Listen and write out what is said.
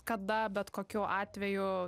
kada bet kokiu atveju